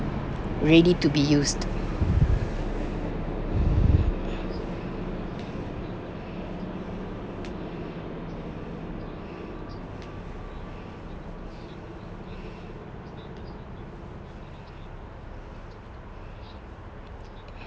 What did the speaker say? ready to be used